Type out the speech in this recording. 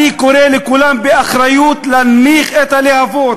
אני קורא לכולם, באחריות, להנמיך את הלהבות,